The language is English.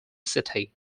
city